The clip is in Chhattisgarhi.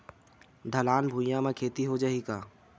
ढलान भुइयां म खेती हो जाही का?